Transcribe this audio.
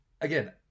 again